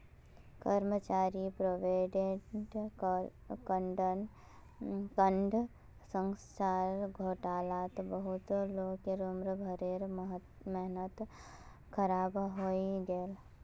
कर्मचारी provident fund संस्थार घोटालात बहुत लोगक उम्र भरेर मेहनत ख़राब हइ गेले